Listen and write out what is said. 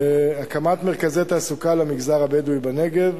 הקמת מרכזי תעסוקה למגזר הבדואי בנגב,